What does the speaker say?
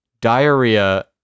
diarrhea